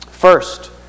First